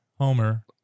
Homer